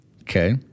Okay